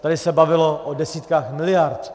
Tady se bavilo o desítkách miliard.